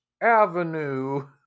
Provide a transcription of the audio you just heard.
Avenue